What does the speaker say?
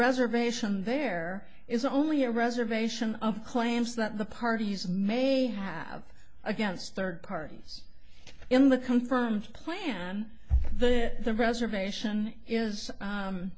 reservation there is only a reservation of claims that the parties may have against third parties in the confirmed plan the reservation is